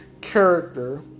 character